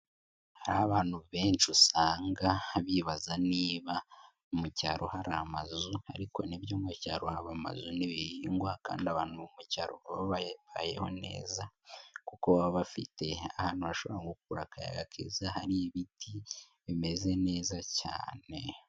Hari abantu benshi usanga bibaza niba mu cyaro hari amazu ariko nibyo mu cyaro haba amazu n'ibihingwa kandi abantu bo mu cyaro babayeho neza kuko baba bafite ahantu bashobora gukura akayaga keza. Hari ibiti bimeze neza cyane.